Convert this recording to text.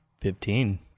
Fifteen